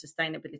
sustainability